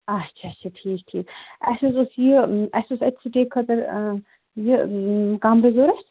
اچھا اچھا ٹھیٖک ٹھیٖک اَسہِ حظ اوس یہِ اَسہِ اوس اَتہِ سِٹے خٲطرٕ یہِ کَمرٕ ضرورَت